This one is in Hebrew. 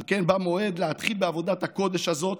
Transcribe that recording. "על כן בא מועד להתחיל בעבודת הקודש הזאת,